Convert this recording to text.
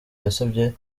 yasabye